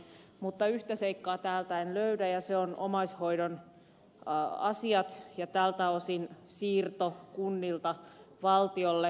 mutta yhtä seikkaa täältä en löydä ja se on omaishoidon asiat ja tältä osin siirto kunnilta valtiolle